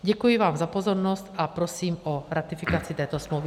Děkuji vám za pozornost a prosím o ratifikaci této smlouvy.